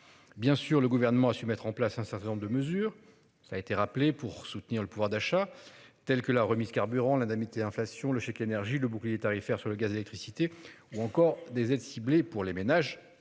Bien sûr, le gouvernement a su mettre en place un certain nombre de mesures. Ça a été rappelé pour soutenir le pouvoir d'achat telles que la remise carburant l'indemnité inflation le chèque énergie, le bouclier tarifaire sur le gaz, l'électricité ou encore des aides ciblées pour les ménages